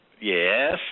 Yes